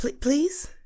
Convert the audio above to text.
please